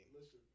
Listen